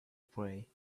pray